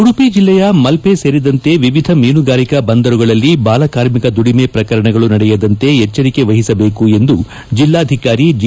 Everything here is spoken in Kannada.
ಉಡುಪಿ ಜಿಲ್ಲೆಯ ಮಲ್ಟೆ ಸೇರಿದಂತೆ ವಿವಿಧ ಮೀನುಗಾರಿಕಾ ಬಂದರುಗಳಲ್ಲಿ ಬಾಲಕಾರ್ಮಿಕ ದುಡಿಮೆ ಪ್ರಕರಣಗಳು ನಡೆಯದಂತೆ ಎಚ್ಚರಿಕೆ ವಹಿಸಬೇಕು ಎಂದು ಜಿಲ್ಲಾಧಿಕಾರಿ ಜಿ